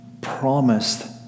promised